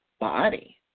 body